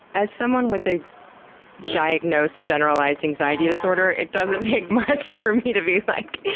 as someone with a diagnosed generalized anxiety disorder, it doesn't take much for me to be like.